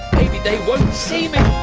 maybe they won't see me.